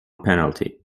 penalty